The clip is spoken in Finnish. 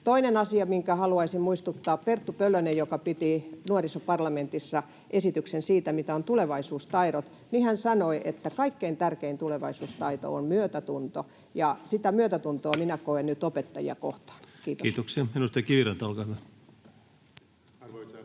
Toinen asia, minkä haluaisin muistuttaa: Perttu Pölönen, joka piti nuorisoparlamentissa esityksen siitä, mitä ovat tulevaisuustaidot, sanoi, että kaikkein tärkein tulevaisuustaito on myötätunto. Ja sitä myötätuntoa minä koen nyt opettajia kohtaan. — Kiitos. [Speech 140] Speaker: